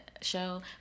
show